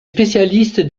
spécialiste